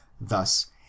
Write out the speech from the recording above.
Thus